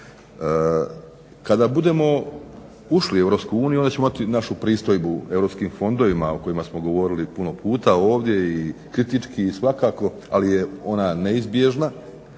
Kada budemo ušli u Europsku uniju onda ćemo našu pristojbu europskim fondovima o kojima smo govorili puno puta ovdje i kritički i svakako, ali je ona neizbježna